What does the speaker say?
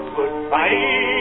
Goodbye